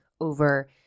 over